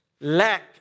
lack